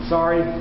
Sorry